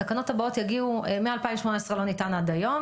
התקנות הבאות יגיעו מ-2018 לא ניתן עד היום,